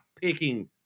picking